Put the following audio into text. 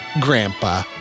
Grandpa